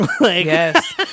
yes